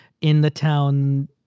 in-the-town